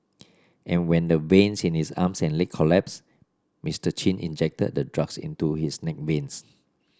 and when the veins in his arms and leg collapsed Mister Chin injected the drugs into his neck veins